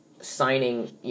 signing